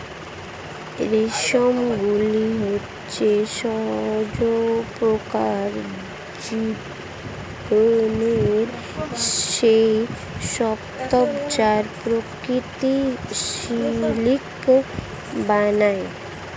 রেশমের গুটি হচ্ছে শুঁয়োপোকার জীবনের সেই স্তুপ যা প্রকৃত সিল্ক বানায়